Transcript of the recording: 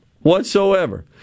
whatsoever